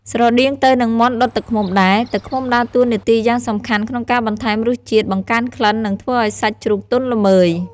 ស្រដៀងទៅនឹងមាន់ដុតទឹកឃ្មុំដែរ ទឹកឃ្មុំដើរតួនាទីយ៉ាងសំខាន់ក្នុងការបន្ថែមរសជាតិ បង្កើនក្លិន និងធ្វើឱ្យសាច់ជ្រូកទន់ល្មើយ។